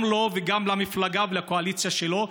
גם לו וגם למפלגה ולקואליציה שלו.